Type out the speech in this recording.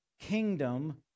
kingdom